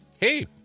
hey